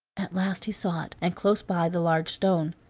at last he saw it, and close by the large stone.